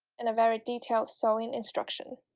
and a very detailed sewing instruction